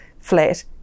flat